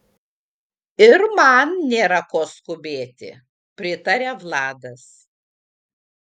ir man nėra ko skubėti pritaria vladas